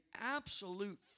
absolute